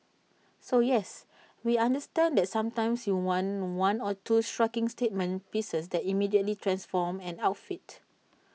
so yes we understand that sometimes you want one or two striking statement pieces that immediately transform an outfit